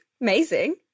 amazing